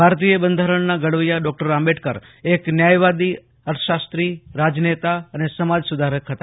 ભારતીય બંધારણના ઘડવૈયા ડોક્ટર આંબેડકર એક ન્યાયવાદી અર્થશાસ્ત્રી રાજનેતા અને સમાજ સુધારક હતા